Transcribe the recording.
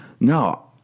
No